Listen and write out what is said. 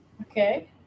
Okay